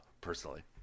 personally